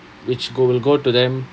which go~ will go to them